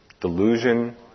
delusion